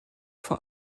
vor